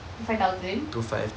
two five thousand